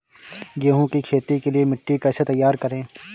गेहूँ की खेती के लिए मिट्टी कैसे तैयार करें?